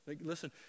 Listen